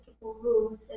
rules